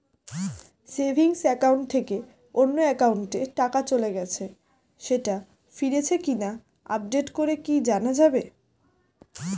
Savings account থেকে অন্য একাউন্টে টাকা চলে গেছে সেটা ফিরেছে কিনা আপডেট করে কি জানা যাবে?